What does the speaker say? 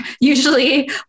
usually